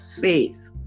faith